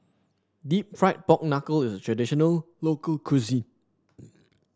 deep fried Pork Knuckle is a traditional local cuisine